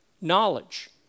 knowledge